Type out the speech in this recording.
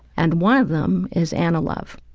and one of them is anna love,